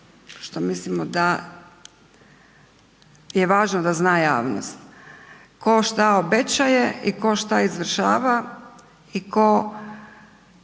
što mislimo da je važno da zna javnost tko šta obećaje i tko šta izvršava i tko